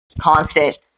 constant